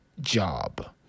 job